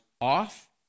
off